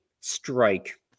strike